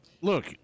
Look